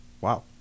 Wow